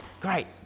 Great